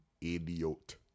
idiot